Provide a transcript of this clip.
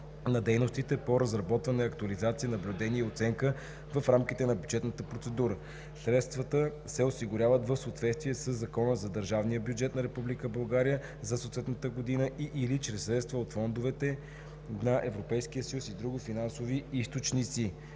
на дейностите по разработване, актуализация, наблюдение и оценка в рамките на бюджетната процедура. Средствата се осигуряват в съответствие със Закона за държавния бюджет на Република България за съответната година и/или чрез средства от фондовете на Европейския съюз и други финансови източници.“